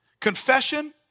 Confession